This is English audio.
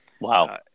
Wow